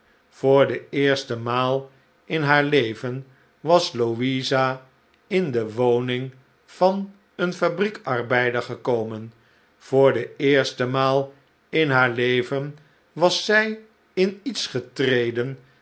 voor de eerste maal in haar leven was louisa in de woning van een fabriek arbeider gekomen voor de eerste maal in haar leven was zij in iets getreden